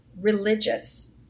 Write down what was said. religious